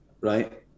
right